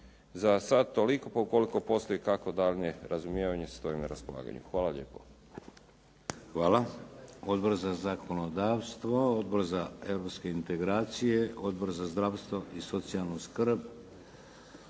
Za sad toliko, pa ukoliko poslije i kako daljnje razumijevanje stojim na raspolaganju. Hvala lijepo. **Šeks, Vladimir (HDZ)** Odbor za zakonodavstvo, Odbor za europske integracije, Odbor za zdravstvo i socijalnu skrb.